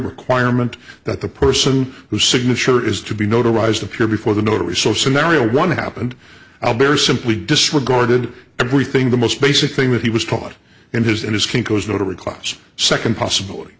requirement that the person whose signature is to be notarized appear before the notary so scenario one happened i'll bear simply disregarded everything the most basic thing that he was taught in his in his kinko's notary class second possibility